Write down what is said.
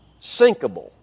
sinkable